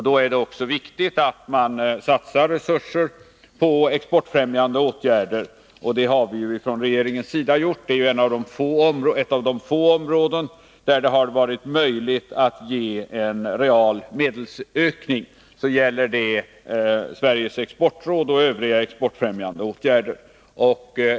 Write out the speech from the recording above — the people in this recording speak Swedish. Då är det också viktigt att man - satsar resurser på exportfrämjande åtgärder. Och det har vi från regeringens sida gjort. Sveriges exportråds verksamhet och övriga exportfrämjande åtgärder hör till de få avsnitt där det har varit möjligt att ge en real medelsökning.